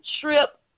trip